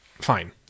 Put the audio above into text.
fine